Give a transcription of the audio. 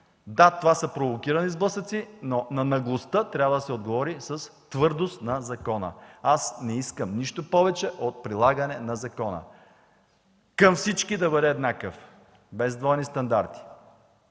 Да, това са провокирани сблъсъци, но на наглостта трябва да се отговори с твърдост на закона. Аз не искам нищо повече от прилагане на закона – към всички да бъде еднакъв, без двойни стандарти!